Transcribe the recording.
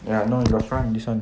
ya no it's the front this [one]